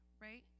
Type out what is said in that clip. Right